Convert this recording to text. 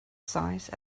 size